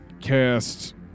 cast